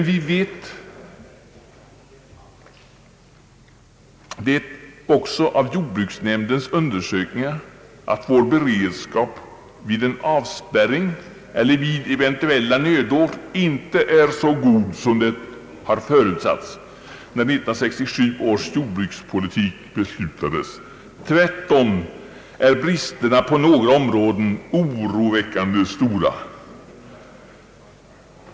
Vi känner också till, genom jordbruksnämndens undersökningar, att vår beredskap vid en avspärrning eller vid eventuella nödår inte är så god som det förutsattes när 1967 års jordbrukspolitik beslutades. Tvärtom är bristerna på några områden oroväckande stora.